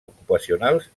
ocupacionals